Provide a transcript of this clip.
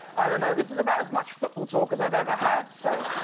i don't know, this is about as much football talk as i've ever had. so